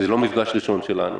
זה לא מפגש ראשון שלנו